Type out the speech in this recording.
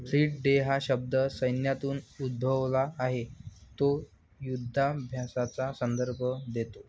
field day हा शब्द सैन्यातून उद्भवला आहे तो युधाभ्यासाचा संदर्भ देतो